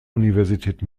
universität